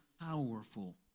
powerful